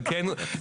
זאת אומרת,